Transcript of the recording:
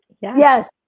Yes